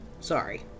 Sorry